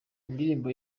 indirimbo